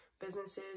businesses